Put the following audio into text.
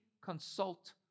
consult